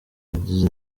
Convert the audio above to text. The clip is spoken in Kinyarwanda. yagize